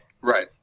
Right